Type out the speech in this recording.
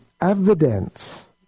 evidence